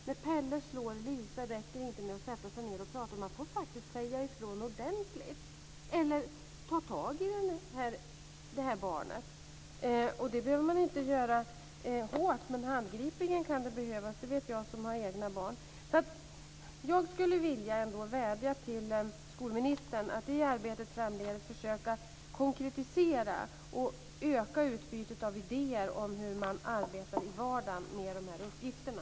När Pelle slår Lisa räcker det inte att sätta sig ned och prata, utan man får faktiskt säga ifrån ordentligt eller ta tag i barnet. Det behöver man inte göra hårt, men handgripligen kan det behöva göras. Det vet jag som har egna barn. Jag skulle vilja vädja till skolministern att i arbetet framdeles försöka att konkretisera och öka utbytet av idéer om hur man i vardagen arbetar med de här uppgifterna.